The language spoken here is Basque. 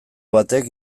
batek